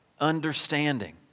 Understanding